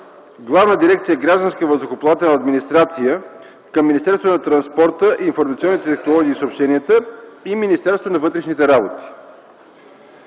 Главна дирекция „Гражданска въздухоплавателна администрация” към Министерството на транспорта, информационните технологии и съобщенията и Министерството на вътрешните работи.